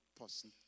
person